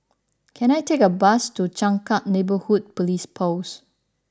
can I take a bus to Changkat Neighbourhood Police Post